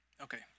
okay